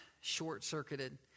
short-circuited